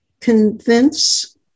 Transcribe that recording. convince